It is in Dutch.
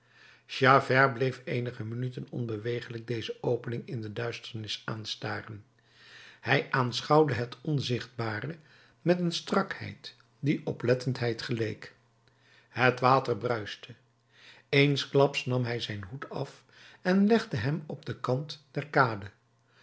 javert bleef eenige minuten onbewegelijk deze opening in de duisternis aanstaren hij aanschouwde het onzichtbare met een strakheid die oplettendheid geleek het water bruiste eensklaps nam hij zijn hoed af en legde hem op den kant der kade